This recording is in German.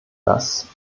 das